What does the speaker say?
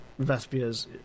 Vespia's